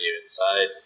inside